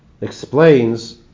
explains